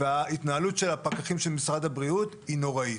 והתנהלות של הפקחים של משרד הבריאות היא נוראית.